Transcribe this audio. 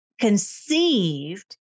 conceived